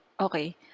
okay